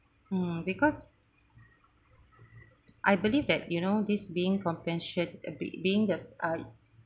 mm because I believe that you know this being compassion uh be~ being the uh